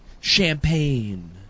champagne